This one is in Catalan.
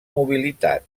mobilitat